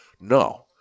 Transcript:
no